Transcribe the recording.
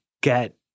get